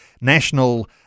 national